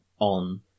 on